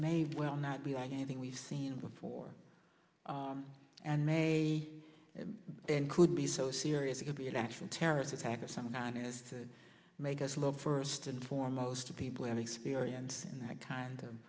made will not be like anything we've seen before and may and could be so serious it could be an actual terrorist attack or someone has to make us love first and foremost people have experience in that kind of